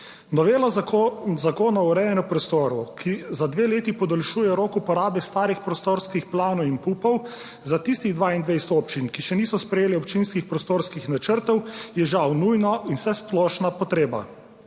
Novela Zakona o urejanju prostorov, ki za dve leti podaljšuje rok uporabe starih prostorskih planov in pupov za tistih 22 občin, ki še niso sprejele občinskih prostorskih načrtov, je žal nujno in vsesplošna potreba.